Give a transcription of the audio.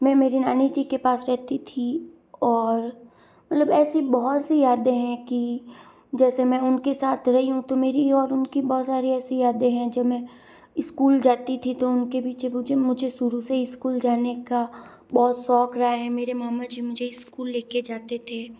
मैं मेरी नानी जी के पास रहती थी और मतलब ऐसी बहुत सी यादें है कि जैसे मैं उनके साथ रही हूँ तो मेरी और उनकी बहुत सारी ऐसी यादें हैं जो मैं स्कूल जाती थी तो उनके पीछे पीछे मुझे शुरू से ही स्कूल जाने का बहुत शौक़ रहा है मेरे मामा जी मुझे स्कूल ले कर जाते थे